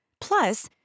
Plus